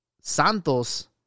Santos